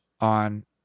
on